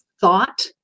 thought